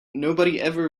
ever